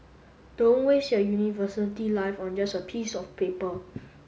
don't waste your university life on just a piece of paper